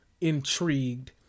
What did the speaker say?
intrigued